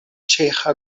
ĉeĥa